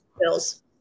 bills